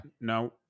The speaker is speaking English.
Now